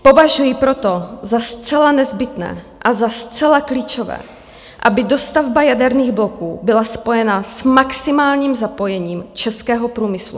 Považuji proto za zcela nezbytné a za zcela klíčové, aby dostavba jaderných bloků byla spojena s maximálním zapojením českého průmyslu.